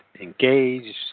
engage